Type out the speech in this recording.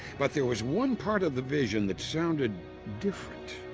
but there was one part of the vision that sounded different,